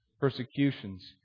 persecutions